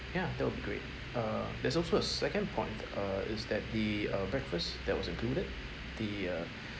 ya that would be great uh there's also a second point uh is that the uh breakfast that was included the uh